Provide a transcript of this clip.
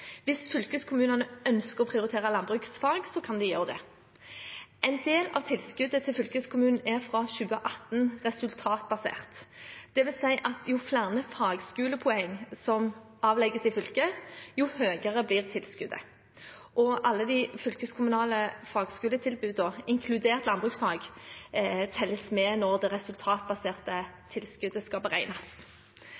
Hvis fylkeskommunene ønsker å prioritere landbruksfag, kan de gjøre det. En del av tilskuddet til fylkeskommunene er fra 2018 resultatbasert, dvs. at jo flere fagskolepoeng som avlegges i fylket, jo høyere blir tilskuddet, og alle de fylkeskommunale fagskoletilbudene, inkludert landbruksfag, telles med når det resultatbaserte